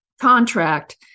contract